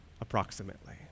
approximately